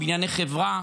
בענייני חברה.